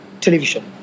television